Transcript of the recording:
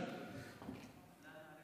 בעלי העסקים עדיין לא קיבלו.